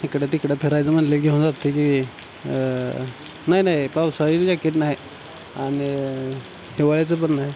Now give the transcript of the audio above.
इकडं तिकडं फिरायचं म्हटलं की घेऊन जातो आहे की नाही नाही पावसाळ्याचं जॅकेट नाही आणि हिवाळ्याचं पण नाही